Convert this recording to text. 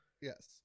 yes